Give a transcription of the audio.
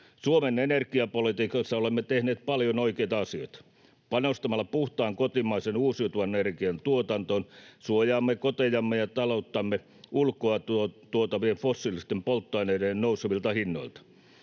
Suomen energiapolitiikassa olemme tehneet paljon oikeita asioita. Panostamalla puhtaan kotimaisen uusiutuvan energian tuotantoon suojaamme kotejamme ja talouttamme ulkoa tuotavien fossiilisten polttoaineiden nousevilta hinnoilta.